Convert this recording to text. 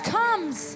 comes